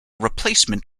replacement